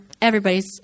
everybody's